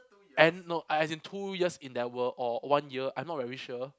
and no as in two years in that world or one year I'm not very sure